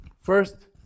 First